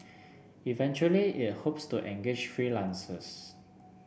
eventually it hopes to engage freelancers